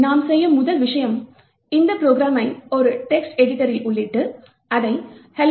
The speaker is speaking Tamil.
நாம் செய்யும் முதல் விஷயம் இந்த ப்ரோக்ராமை ஒரு டெக்ஸ்டு எடிட்டரில் உள்ளிட்டு அதை hello